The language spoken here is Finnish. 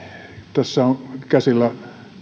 tässä on käsillä